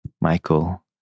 Michael